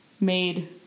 made